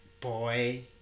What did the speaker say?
boy